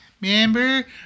remember